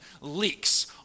leaks